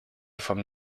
from